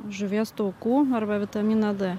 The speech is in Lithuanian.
žuvies taukų arba vitaminą d